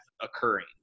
occurring